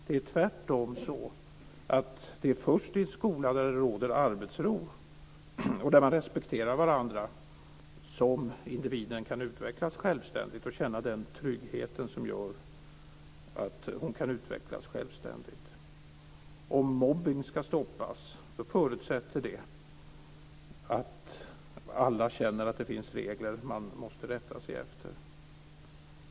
Det är tvärtom så att det är först i en skola där det råder arbetsro och där man respekterar varandra som individen kan utvecklas självständigt och känna den trygghet som gör att hon utvecklas självständigt. Om mobbning ska stoppas förutsätter det att alla känner att det finns regler som man måste rätta sig efter.